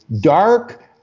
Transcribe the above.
dark